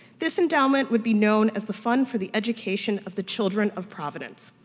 this endowment would be known as the fund for the education of the children of providence.